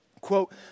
Quote